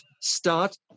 start